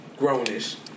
Grownish